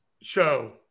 show